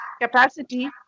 capacity